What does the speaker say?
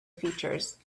features